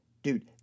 Dude